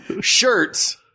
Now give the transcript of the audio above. shirts